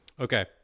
Okay